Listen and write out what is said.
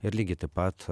ir lygiai taip pat